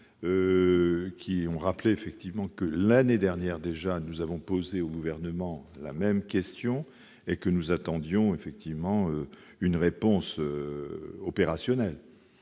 ont rappelé que, l'année dernière déjà, nous avions posé au Gouvernement la même question, et que nous attendions de sa part une réponse opérationnelle.